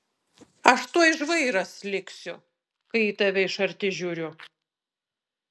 aš tuoj žvairas liksiu kai į tave iš arti žiūriu